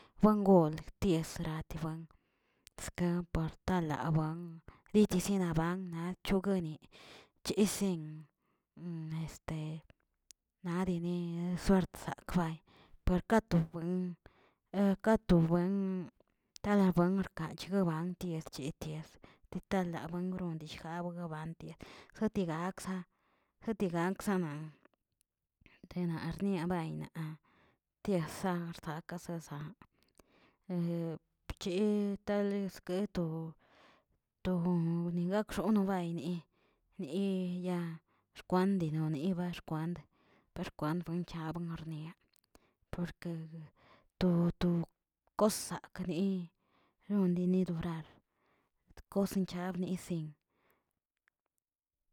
Bangol tiesbran eska partalaban detisienaban achogueneꞌ, chesen nadene suert sak bay, per kato buen kato buen talabun rkachegaban yechities titalabuengronyishgaw lababantiaꞌ, sotigaksa sotigasanan dena arnia bayna, tiasa sarka sasa, bchet' lesketo to gaxono bayni ni yaa xkwandnoniba kwand, perkwan chab nornia porke gue to to kossagne' rodinidorar kosan chabnissin.